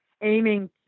aiming